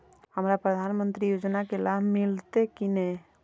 हमरा प्रधानमंत्री योजना के लाभ मिलते की ने?